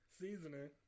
seasoning